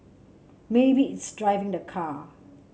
maybe it's driving the car